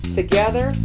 together